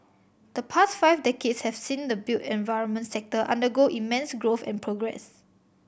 the past five decades have seen the built environment sector undergo immense growth and progress